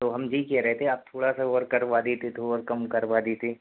तो हम यही कह रह थे आप थोड़ा सा और करवा देते तो और कम करवा देते